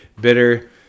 bitter